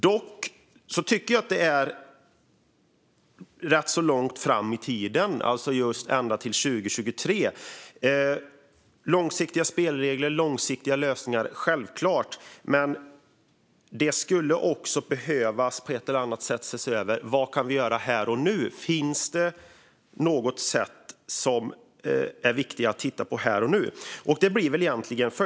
Men jag tycker dock att det är rätt så långt fram i tiden - 2023. Det är självklart att det ska vara långsiktiga spelregler och långsiktiga lösningar. Men det skulle också behöva ses över på ett eller annat sätt vad vi kan göra här och nu. Finns det något som är viktigt att titta på här och nu?